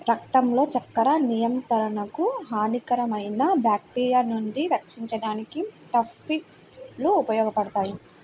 రక్తంలో చక్కెర నియంత్రణకు, హానికరమైన బ్యాక్టీరియా నుండి రక్షించడానికి టర్నిప్ లు ఉపయోగపడతాయి